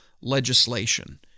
legislation